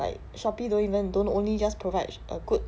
like shopee don't even don't only just provide a good